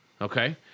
Okay